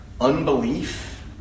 unbelief